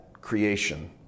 creation